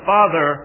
Father